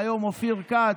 והיום אופיר כץ,